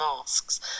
masks